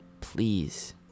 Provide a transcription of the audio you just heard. please